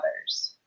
others